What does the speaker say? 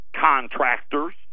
contractors